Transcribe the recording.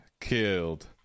killed